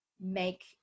make